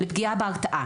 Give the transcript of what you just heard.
לפגיעה בהרתעה.